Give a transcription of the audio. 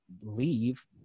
leave